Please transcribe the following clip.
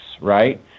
right